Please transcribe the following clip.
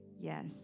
Yes